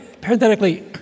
parenthetically